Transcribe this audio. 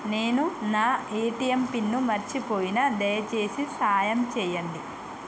నేను నా ATM pin మర్చిపోయిన, దయచేసి సాయం చేయండి